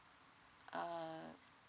uh